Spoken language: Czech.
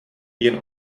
jen